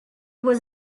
was